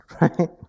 right